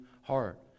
heart